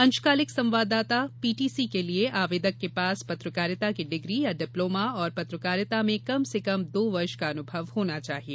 अंशकालिक संवाददाता पीटीसी के लिए आवेदक के पास पत्रकारिता की डिग्री या डिप्लोमा और पत्रकारिता में कम से कम दो वर्ष का अनुभव होना चाहिए